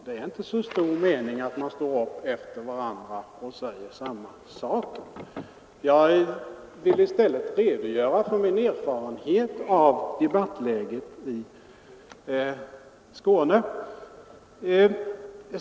Det är inte så stor mening med att man står upp efter varandra och säger samma sak. Jag ville i stället redogöra för min erfarenhet av debattläget i Skåne.